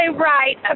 right